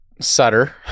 Sutter